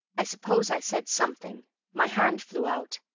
i suppose i said something my hand flew out.